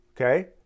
Okay